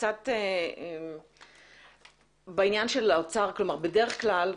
בדרך כלל,